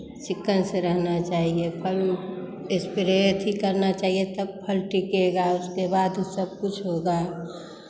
चिक्कन से रहना चाहिए फल स्प्रे अथि करना चाहिए तब फल टिकेगा उसके बाद वो सब कुछ होगा